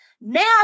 now